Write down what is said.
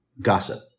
gossip